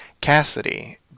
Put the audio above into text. Cassidy